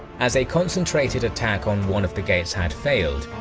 as a concentrated attack on one of the gates had failed,